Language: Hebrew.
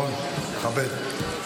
רון, תכבד.